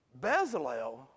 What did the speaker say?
Bezalel